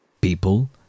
People